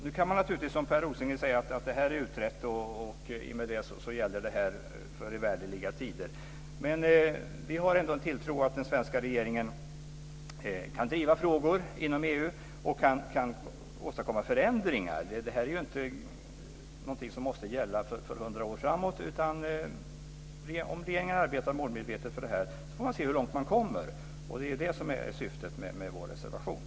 Nu kan man naturligtvis som Per Rosengren säga att det är utrett, och i och med det gäller det för evärderliga tider. Men vi har ändå en tilltro till att den svenska regeringen kan driva frågor inom EU och kan åstadkomma förändringar. Det här är inte någonting som måste gälla för 100 år framåt. Om regeringen arbetar målmedvetet för detta får man se hur långt man kommer. Det är syftet med vår reservation.